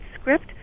script